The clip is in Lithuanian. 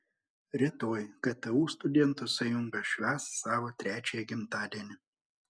rytoj ktu studentų sąjunga švęs savo trečiąjį gimtadienį